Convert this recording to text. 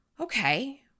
Okay